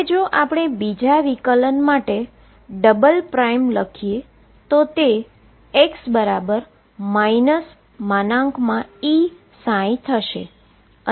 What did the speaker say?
હવે જો આપણે બીજા ડેરીવેટીવ માટે ડબલ પ્રાઈમ લખીએ તો તે x બરાબર E થશે